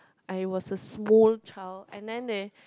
I was a small child and then they